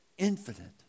infinite